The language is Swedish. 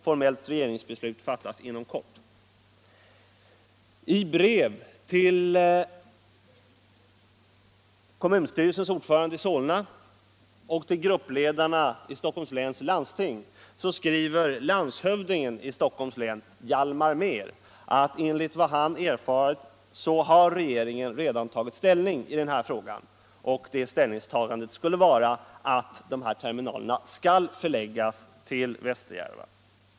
Formellt regeringsbeslut fattas inom kort.” I brev till kommunstyrelsens ordförande i Solna och till gruppledarna i Stockholms läns landsting skriver landshövdingen i Stockholms län, Hjalmar Mehr, att enligt vad han erfar har regeringen redan tagit ställning i den här frågan. Det ställningstagandet skulle gå ut på att dessa terminaler skulle förläggas till Västerjärva.